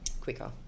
quicker